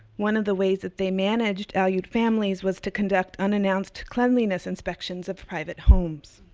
one of the ways that they managed aleut families was to conduct unannounced cleanliness inspections of private homes.